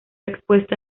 expuesta